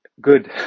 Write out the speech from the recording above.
good